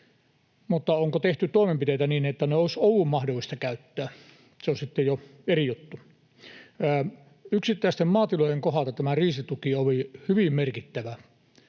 mutta se, onko tehty toimenpiteitä niin, että niitä olisi ollut mahdollista käyttää, on sitten jo eri juttu. Yksittäisten maatilojen kohdalla tämä kriisituki oli hyvin merkittävä.